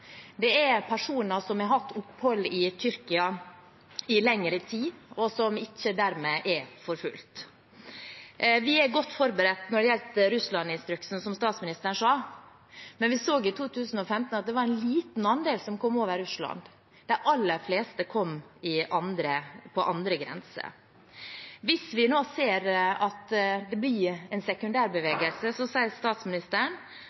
Det er personer som har hatt opphold i Tyrkia i lengre tid, og som dermed ikke er forfulgt. Vi er godt forberedt når det gjelder Russland-instruksen, som statsministeren sa, men i 2015 så vi at det var en liten andel som kom via Russland. De aller fleste kom over andre grenser. Hvis vi nå ser at det blir en